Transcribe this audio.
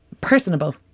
personable